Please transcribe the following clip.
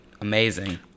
amazing